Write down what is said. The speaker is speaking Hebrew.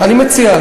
אני מציע,